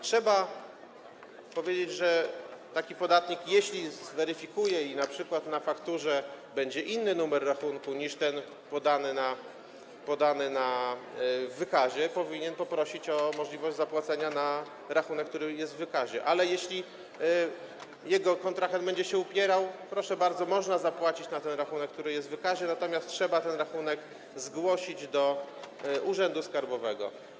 Trzeba powiedzieć, że taki podatnik - jeśli zweryfikuje numer rachunku i np. na fakturze będzie inny numer rachunku niż ten podany w wykazie - powinien poprosić o możliwość zapłacenia na rachunek, który jest w wykazie, ale jeśli jego kontrahent będzie się upierał, proszę bardzo, można wpłacić na ten rachunek, który jest w wykazie, natomiast trzeba ten rachunek zgłosić do urzędu skarbowego.